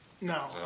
No